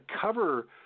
cover